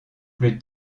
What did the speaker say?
plus